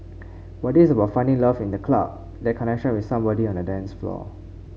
but this is about finding love in the club that connection with somebody on the dance floor